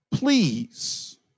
Please